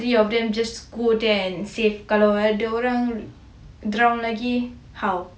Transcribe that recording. three of them just go there and save kalau ada orang drown lagi how